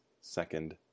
second